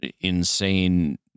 insane